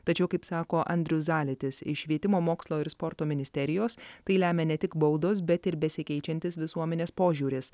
tačiau kaip sako andrius zalitis iš švietimo mokslo ir sporto ministerijos tai lemia ne tik baudos bet ir besikeičiantis visuomenės požiūris